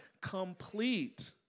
Complete